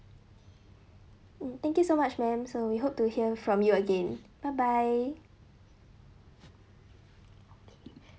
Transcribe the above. mm thank you so much madam so we hope to hear from you again bye bye